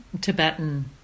Tibetan